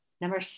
Number